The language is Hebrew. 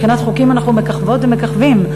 מבחינת חוקים אנחנו מככבות ומככבים,